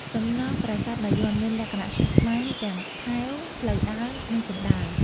សំណង់ប្រាសាទបាយ័នមានលក្ខណៈស្មុគស្មាញ ទាំងថែវ ផ្លូវដើរ និងជណ្តើរ។